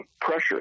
pressure